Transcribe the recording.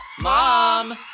Mom